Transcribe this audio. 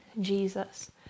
Jesus